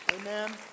Amen